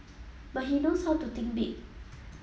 but he knows how to think big